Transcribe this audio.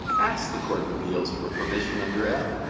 ask the court of appeals for permission under f.